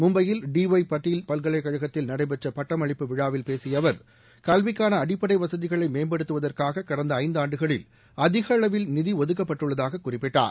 மும்பையில் D Y Patil பல்கலைக்கழகத்தில் நடைபெற்ற பட்டமளிப்பு விழாவில் பேசிய அவர் கல்விக்கான அடிப்படை வசதிகளை மேம்படுத்துவதற்காக கடந்த ஐந்தாண்டுகளில் அதிக அளவில் நிதி ஒதுக்கப்பட்டுள்ளதாக குறிப்பிட்டார்